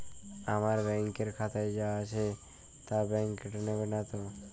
আমার ব্যাঙ্ক এর খাতায় যা টাকা আছে তা বাংক কেটে নেবে নাতো?